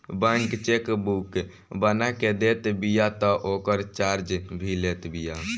bank chequebook बना के देत बिया तअ ओकर चार्ज भी लेत बिया